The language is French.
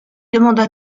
demanda